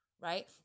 right